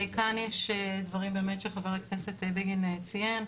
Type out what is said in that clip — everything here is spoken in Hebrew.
כאן יש דברים באמת שחבר הכנסת בגין ציין.